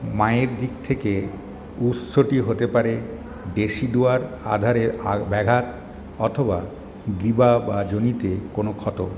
মায়ের দিক থেকে উৎসটি হতে পারে ডেসিডুয়ার আধারে ব্যাঘাত অথবা গ্রীবা বা যোনিতে কোনো ক্ষত